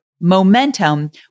Momentum